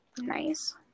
Nice